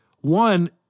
one